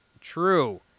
true